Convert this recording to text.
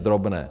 Drobné.